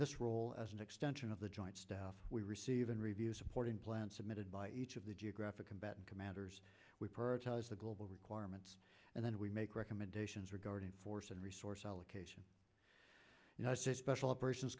this role as an extension of the joint staff we receive in review supporting plan submitted by each of the geographic combatant commanders we prioritize the global requirements and then we make recommendations regarding force and resource allocation special operations